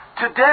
Today